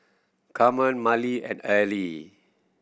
Carmen Myrle and Ely